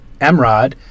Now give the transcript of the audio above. emrod